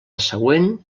següent